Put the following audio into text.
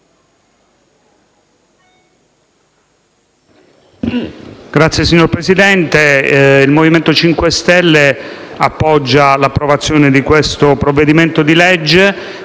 *(M5S)*. Signor Presidente, il Movimento 5 Stelle appoggia l'approvazione di questo provvedimento con